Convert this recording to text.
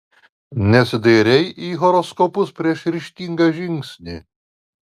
nesidairei į horoskopus prieš ryžtingą žingsnį